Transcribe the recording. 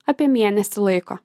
apie mėnesį laiko